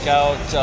out